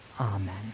amen